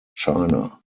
china